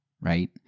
right